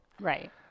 Right